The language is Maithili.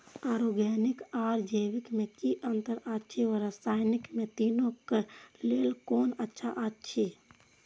ऑरगेनिक आर जैविक में कि अंतर अछि व रसायनिक में तीनो क लेल कोन अच्छा अछि?